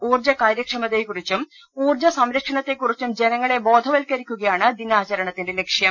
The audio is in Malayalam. ഊർജ്ജ കാര്യ ക്ഷമതയെക്കുറിച്ചും ഊർജ്ജ സംരക്ഷണത്തെക്കുറിച്ചും ജന ങ്ങളെ ബോധവൽക്കരിക്കുകയാണ് ദിനാചരണത്തിന്റെ ലക്ഷ്യം